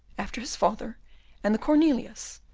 after his father and the cornelius,